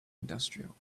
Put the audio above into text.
industrial